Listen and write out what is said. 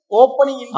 opening